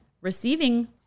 receiving